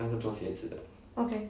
okay